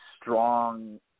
strong